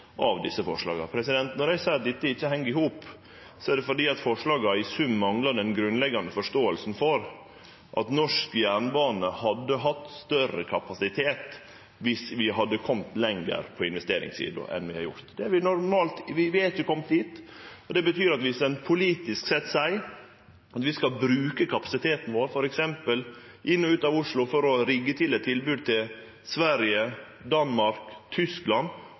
av desse forslaga. Når eg seier at dette ikkje heng i hop, er det fordi forslaga i sum manglar den grunnleggjande forståinga for at norsk jernbane hadde hatt større kapasitet viss vi hadde kome lenger på investeringssida enn vi har gjort. Vi er ikkje komne dit. Det betyr at viss vi politisk seier at vi skal bruke kapasiteten vår, f.eks. inn og ut av Oslo, til å rigge til eit tilbod til Sverige, Danmark og Tyskland